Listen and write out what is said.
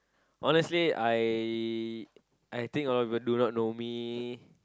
honestly I I think a lot people do not know me